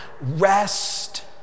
rest